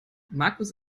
markus